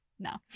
No